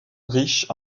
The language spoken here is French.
riche